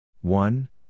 one